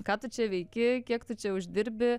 ką tu čia veiki kiek tu čia uždirbi